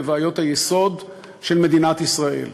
עם בעיות היסוד של מדינת ישראל.